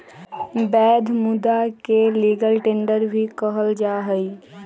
वैध मुदा के लीगल टेंडर भी कहल जाहई